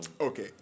Okay